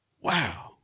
Wow